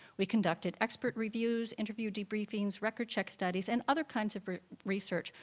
we conducted expert reviews, interview debriefings, record-check studies, and other kinds of research,